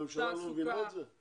הממשלה לא מבינה את זה?